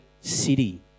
city